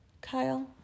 Kyle